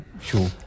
Sure